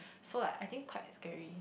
so like I think quite scary